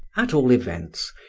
at all events,